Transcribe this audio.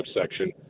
section